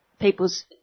peoples